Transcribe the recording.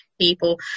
people